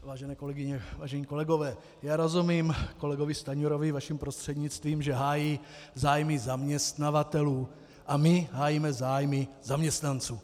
Vážené kolegyně, vážení kolegové, rozumím kolegovi Stanjurovi vaším prostřednictvím, že hájí zájmy zaměstnavatelů, a my hájíme zájmy zaměstnanců.